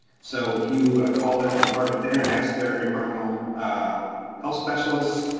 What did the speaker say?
so if you call the health department there and ask their environmental health specialists,